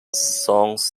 songs